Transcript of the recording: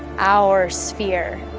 our sphere,